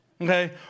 okay